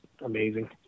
amazing